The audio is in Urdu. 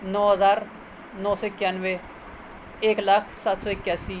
نو ہزار نو سو اکیانوے ایک لاکھ سات سو اکیاسی